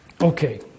Okay